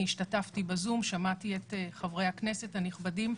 הייתי שותפה באמצעות הזום ושמעתי את דברי חברי הכנסת הנכבדים.